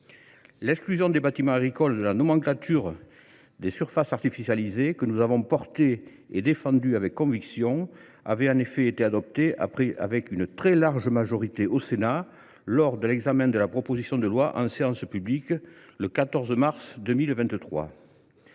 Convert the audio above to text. L’exclusion des bâtiments agricoles de la nomenclature des surfaces artificialisées, que nous avons demandée et défendue avec conviction, avait en effet été adoptée à une très large majorité au Sénat lors de l’examen en première lecture de la proposition de loi, le 16 mars 2023.